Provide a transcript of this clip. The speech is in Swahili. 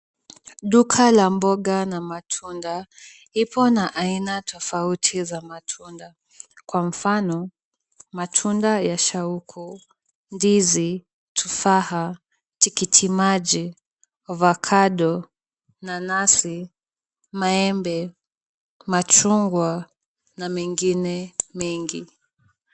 Duka la mboga na matunda ipo na aina tofauti za matunda. Kwa mfano; matunda ya shauku, ndizi, tufaha, tikitimaji, ovacado , nanasi, maembe, machungwa na mengine mengi.